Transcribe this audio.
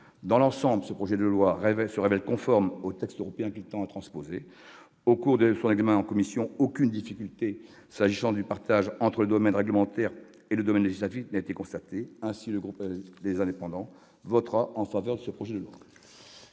Dans l'ensemble, ce projet de loi se révèle conforme aux textes européens qu'il vise à transposer. Au cours de son examen en commission, aucune difficulté concernant le partage entre le domaine réglementaire et le domaine législatif n'a été constatée. Aussi le groupe Les Indépendants - République et